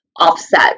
offset